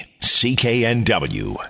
cknw